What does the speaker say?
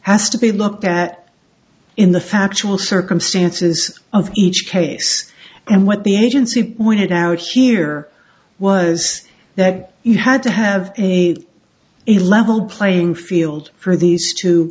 has to be looked at in the factual circumstances of each case and what the agency pointed out here was that you had to have a a level playing field for these two